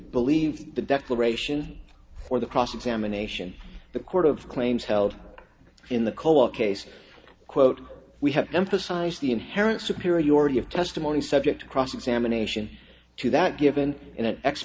believe the declaration for the cross examination the court of claims held in the co op case quote we have emphasized the inherent superiority of testimony subject to cross examination to that given in